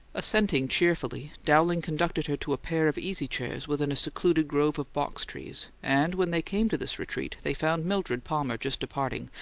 assenting cheerfully, dowling conducted her to a pair of easy-chairs within a secluding grove of box-trees, and when they came to this retreat they found mildred palmer just departing,